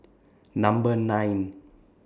Number nine